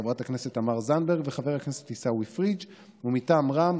חברת הכנסת תמר זנדברג וחבר הכנסת עיסאווי פריג'; מטעם רע"מ,